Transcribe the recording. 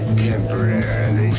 temporarily